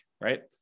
right